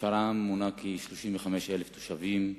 שפרעם מונה כ-35,000 תושבים דרוזים,